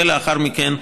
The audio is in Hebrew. ולאחר מכן,